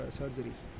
surgeries